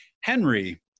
Henry